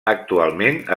actualment